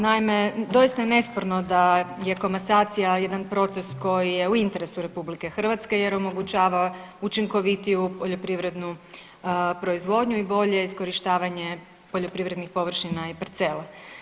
Naime, doista je nesporno da je komasacija jedan proces koji je u interesu RH jer omogućava učinkovitiju poljoprivrednu proizvodnju i bolje iskorištavanje poljoprivrednih površina i parcela.